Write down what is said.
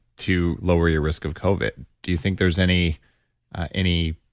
to lower your risk of covid do you think there's any any